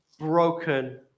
broken